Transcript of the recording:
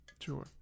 sure